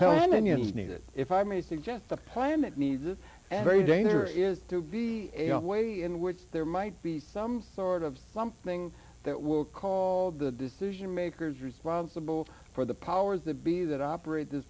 palestinians need it if i may suggest the planet needs it every day there is to be a way in which there might be some sort of something that will call the decision makers responsible for the powers that be that operate this